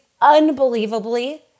unbelievably